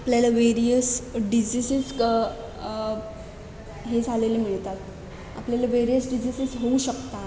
आपल्याला various diseases क हे झालेले मिळतात आपल्याला वेरिअस डिजीसेस होऊ शकतात